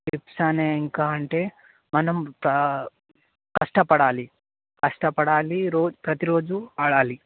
tips అని ఇంకా అంటే మనం కష్టపడాలి కష్టపడాలి రో ప్రతి రోజు ఆడాలి